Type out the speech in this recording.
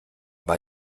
war